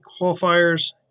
qualifiers